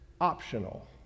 optional